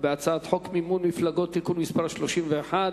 ובהצעת חוק מימון מפלגות (תיקון מס' 31)